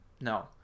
No